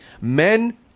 Men